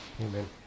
Amen